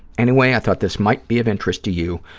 anyway, i thought this might be of interest to you.